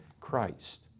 Christ